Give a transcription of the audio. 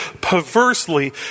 perversely